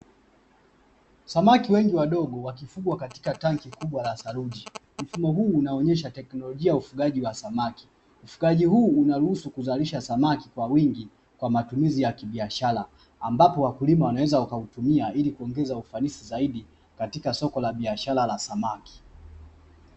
Samaki wengi wadogo wakifugwa katika tanki kubwa la saruji mfumo huu unaonesha tekinolojia ya ufugajiwa samaki ufugaji huu unarusu uzalishaji samaki kwa wingi kwaajili ya kibiashara ambapo wakulima wanaweza wakautumia ilikuongeza ufanisi zaidi katika soko la biashara la samaki.